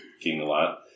King-a-lot